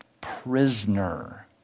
prisoner